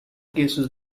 cases